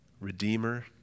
redeemer